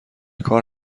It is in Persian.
کار